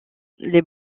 les